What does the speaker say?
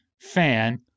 fan